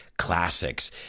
Classics